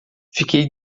fiquei